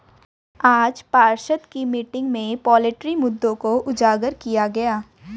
आज पार्षद की मीटिंग में पोल्ट्री मुद्दों को उजागर किया गया